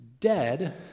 dead